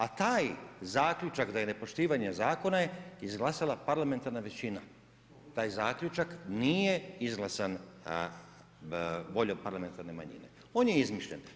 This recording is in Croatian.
A taj zaključak da je nepoštivanje zakona izglasala parlamentarna većina, taj zaključak nije izglasan voljom parlamentarne manjine, on je izmišljen.